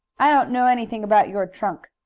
i don't know anything about your trunk!